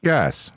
Yes